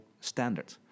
standard